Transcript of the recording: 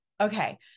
okay